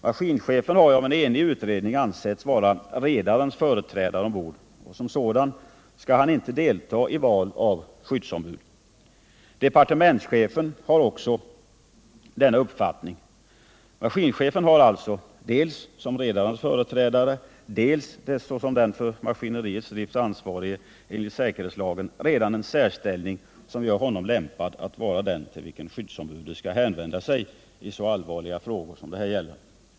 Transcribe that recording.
Maskinchefen har av en enig utredning ansetts vara redarens företrädare ombord, och som sådan skall han icke delta i val av skyddsombud. Departementschefen har också denna uppfattning. Maskinchefen har alltså, dels som redarens företrädare, dels såsom den för maskincriets drift ansvarige enligt säkerhetslagen, redan en särställning som gör honom lämpad att vara den till vilken skyddsombudet skall hänvända sig i så allvarliga frågor det här gäller.